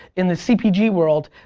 in the cpg world,